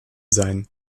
seien